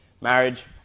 marriage